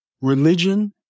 religion